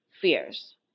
fears